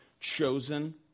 chosen